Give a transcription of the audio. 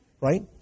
right